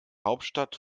hauptstadt